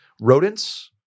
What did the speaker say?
rodents